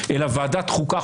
אלא ועדת החוקה,